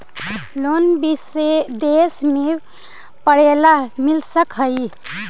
Loan विदेश में पढ़ेला मिल सक हइ?